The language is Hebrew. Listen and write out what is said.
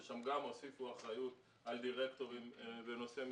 שם גם הוסיפו אחריות על דירקטורים ונושאי